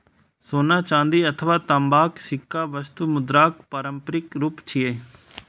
सोना, चांदी अथवा तांबाक सिक्का वस्तु मुद्राक पारंपरिक रूप छियै